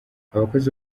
abakozi